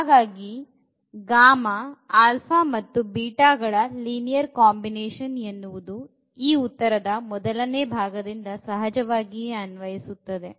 ಹಾಗಾಗಿ ಗಳ ರ ಲೀನಿಯರ್ ಕಾಂಬಿನೇಶನ್ ಎನ್ನುವುದು ಈ ಉತ್ತರದ ಮೊದಲನೇ ಭಾಗದಿಂದ ಸಹಜವಾಗಿಯೇ ಅನ್ವಯಿಸುತ್ತದೆ